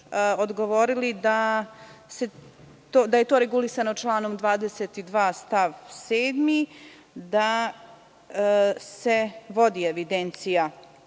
odgovorili da je to regulisano članom 22. stavom 7, da se vodi evidencija